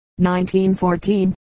1914